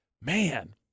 Man